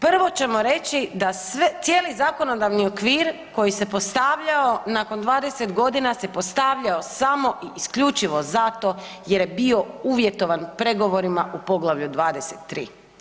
Prvo ćemo reći da cijeli zakonodavni okvir koji se postavljao nakon 20 godina se postavljao samo i isključivo zato jer je bio uvjetovan pregovorima u poglavlju 23.